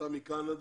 עלתה מקנדה,